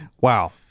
Wow